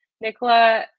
Nicola